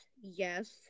Yes